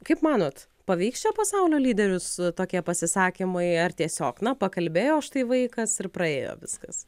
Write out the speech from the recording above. kaip manot paveiks šio pasaulio lyderius tokie pasisakymai ar tiesiog na pakalbėjo štai vaikas ir praėjo viskas